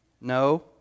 No